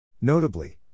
Notably